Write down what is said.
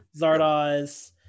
Zardoz